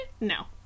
no